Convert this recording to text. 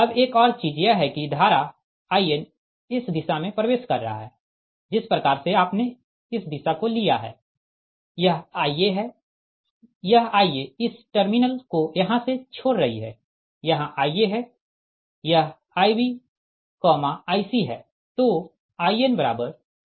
अब एक और चीज यह है कि यह धारा In इस दिशा में प्रवेश कर रहा है जिस प्रकार से आपने इस दिशा को लिया है यह Ia है यह Ia इस टर्मिनल को यहाँ से छोड़ रही है यहाँ Ia है यह Ib Ic है तो InIaIbIc है